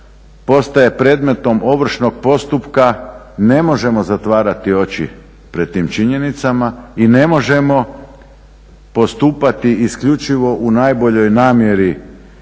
postaje predmetom ovršnog postupka ne možemo zatvarati oči pred tim činjenicama i ne možemo postupati isključivo u najboljoj namjeri